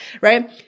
right